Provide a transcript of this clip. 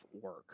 work